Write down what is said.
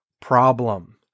problem